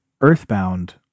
Earthbound